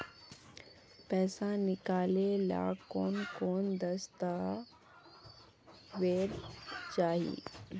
पैसा निकले ला कौन कौन दस्तावेज चाहिए?